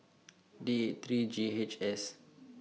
D eight three G H S